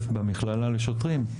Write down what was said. במכללה לשוטרים.